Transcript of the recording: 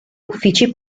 uffici